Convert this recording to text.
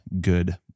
good